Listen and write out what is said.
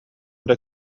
эрэ